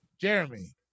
Jeremy